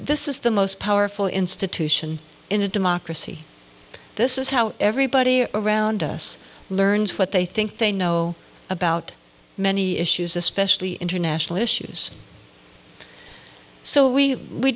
this is the most powerful institution in a democracy this is how everybody around us learns what they think they know about many issues especially international issues so we